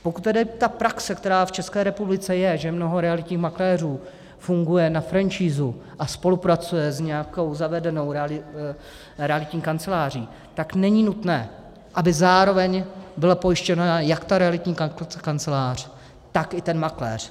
Pokud tady je ta praxe, která v České republice je, že mnoho realitních makléřů funguje na franšízu a spolupracuje s nějakou zavedenou realitní kanceláří, tak není nutné, aby zároveň byla pojištěna jak ta realitní kancelář, tak i ten makléř.